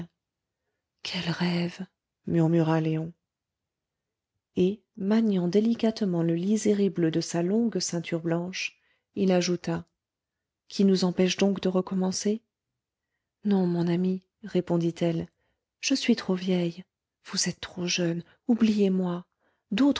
quel rêve murmura léon et maniant délicatement le liséré bleu de sa longue ceinture blanche il ajouta qui nous empêche donc de recommencer non mon ami répondit-elle je suis trop vieille vous êtes trop jeune oubliez-moi